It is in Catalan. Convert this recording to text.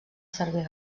servir